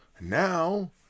Now